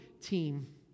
team